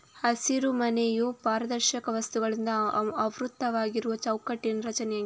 ಹಸಿರುಮನೆಯು ಪಾರದರ್ಶಕ ವಸ್ತುಗಳಿಂದ ಆವೃತವಾಗಿರುವ ಚೌಕಟ್ಟಿನ ರಚನೆಯಾಗಿದೆ